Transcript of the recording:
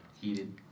heated